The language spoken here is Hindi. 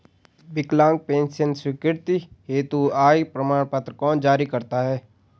विकलांग पेंशन स्वीकृति हेतु आय प्रमाण पत्र कौन जारी करता है?